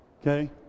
Okay